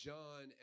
John